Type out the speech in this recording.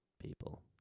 people